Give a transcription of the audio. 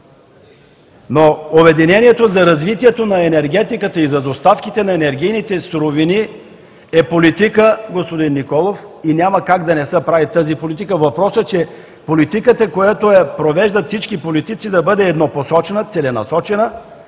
Но обединението за развитието на енергетиката и за доставките на енергийните суровини е политика, господин Николов, и няма как да не се прави тази политика. Въпросът е политиката, която провеждат всички политици, да бъде еднопосочна, целенасочена